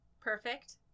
perfect